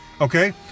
okay